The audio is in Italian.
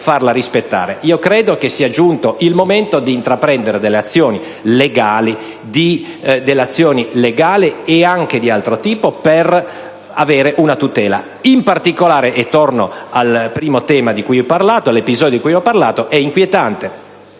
Io credo che sia giunto il momento di intraprendere azioni legali e anche di altro tipo per avere una tutela. In particolare - e torno al primo episodio di cui ho parlato - è inquietante